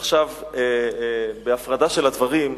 ועכשיו, בהפרדה של הדברים,